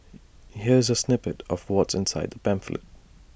here's A snippet of what's inside the pamphlet